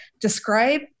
describe